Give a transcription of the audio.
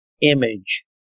image